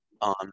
On